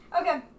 Okay